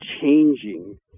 changing